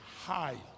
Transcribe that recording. high